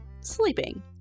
sleeping